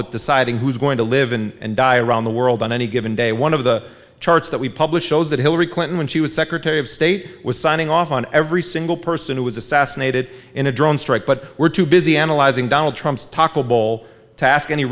with deciding who's going to live and die around the world on any given day one of the charts that we publish shows that hillary clinton when she was secretary of state was signing off on every single person who was assassinated in a drone strike but were too busy analyzing donald trump's talkable task any